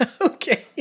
Okay